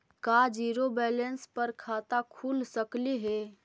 का zero balance पर खाता खुल सकले हे?